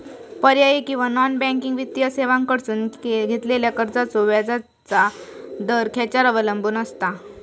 पर्यायी किंवा non banking वित्तीय सेवांकडसून घेतलेल्या कर्जाचो व्याजाचा दर खेच्यार अवलंबून आसता?